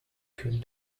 could